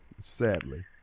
sadly